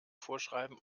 vorschreiben